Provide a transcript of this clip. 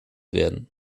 werden